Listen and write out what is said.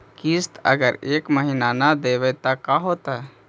किस्त अगर एक महीना न देबै त का होतै?